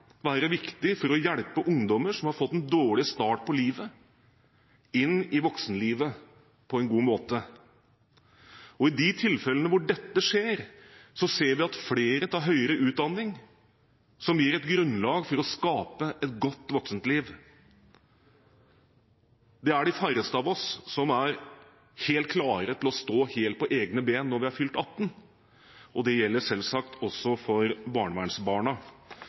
være viktig for å hjelpe ungdommer som har fått en dårlig start på livet, inn i voksenlivet på en god måte. I de tilfellene hvor dette skjer, ser vi at flere tar høyere utdanning, som gir grunnlag for å skape et godt voksenliv. Det er de færreste av oss som er helt klare til å stå på egne ben når vi har fylt 18. Det gjelder selvsagt også for barnevernsbarna.